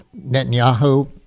Netanyahu